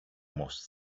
most